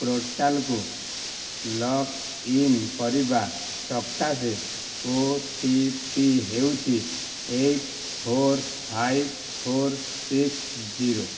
ପୋର୍ଟାଲକୁ log in କରିବା ସକାଶେ ଓ ଟି ପି ହେଉଛି eight four five four six zero